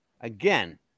Again